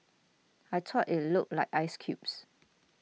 I thought it looked like ice cubes